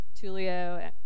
Tulio